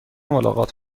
ملاقات